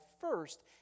first